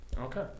okay